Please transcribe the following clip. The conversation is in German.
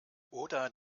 oder